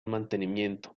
mantenimiento